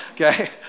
okay